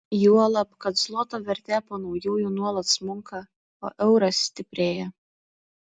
juolab kad zloto vertė po naujųjų nuolat smunka o euras stiprėja